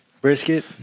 brisket